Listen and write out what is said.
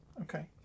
Okay